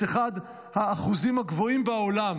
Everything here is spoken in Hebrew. את אחד האחוזים הגבוהים בעולם